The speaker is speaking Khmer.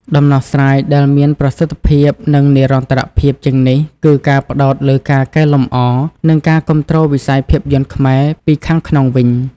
ដំណោះស្រាយដែលមានប្រសិទ្ធភាព និងនិរន្តរភាពជាងនេះគឺ ការផ្តោតលើការកែលម្អ និងការគាំទ្រវិស័យភាពយន្តខ្មែរ ពីខាងក្នុងវិញ។